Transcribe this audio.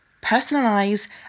personalize